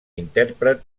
intèrpret